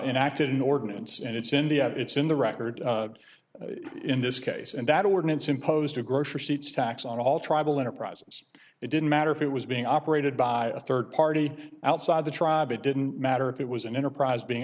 acted in ordinance and it's in the it's in the record in this case and that ordinance imposed a gross receipts tax on all tribal enterprises it didn't matter if it was being operated by a third party outside the tribe it didn't matter if it was an enterprise being